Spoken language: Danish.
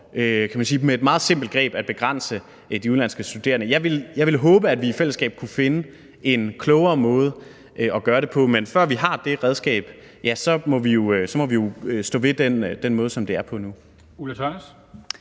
med et meget simpelt greb at begrænse de udenlandske studerende på. Jeg vil håbe, at vi i fællesskab kunne finde en klogere måde at gøre det på, men før vi har det redskab, så må vi jo stå ved den måde, som det er på nu.